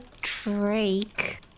Drake